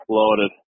loaded